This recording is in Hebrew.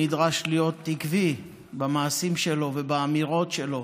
נדרש להיות עקבי במעשים שלו ובאמירות שלו